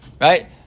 right